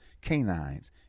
canines